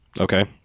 Okay